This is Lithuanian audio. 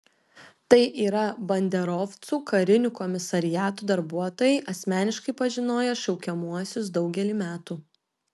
tai yra banderovcų karinių komisariatų darbuotojai asmeniškai pažinoję šaukiamuosius daugelį metų